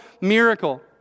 miracle